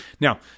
Now